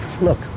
look